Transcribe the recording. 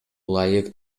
ылайык